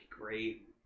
great